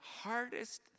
hardest